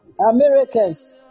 Americans